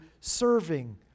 serving